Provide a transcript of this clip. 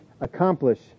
accomplish